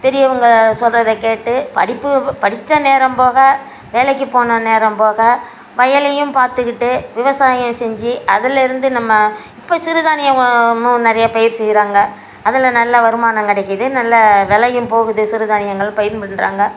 பெரியவங்கள் சொல்கிறத கேட்டு படிப்பு படித்த நேரம் போக வேலைக்கு போன நேரம் போக வயலேயும் பார்த்துகிட்டு விவசாயம் செஞ்சு அதிலருந்து நம்ம இப்போ சிறுதானியம் வா மு நிறைய பயிர் செய்கிறாங்க அதில் நல்லா வருமானம் கிடைக்கிது நல்லா வெலையும் போகுது சிறுதானியங்கள் பயிரும் பண்ணுறாங்க